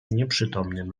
nieprzytomnym